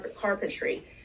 carpentry